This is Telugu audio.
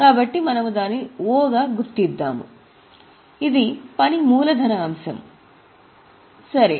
కాబట్టి మనము దానిని O గా గుర్తించాము ఇది పని మూలధన అంశం సరే